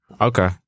Okay